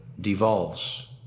devolves